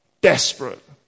Desperate